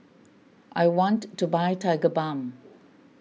I want to buy Tigerbalm